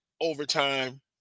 overtime